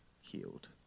healed